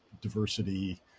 diversity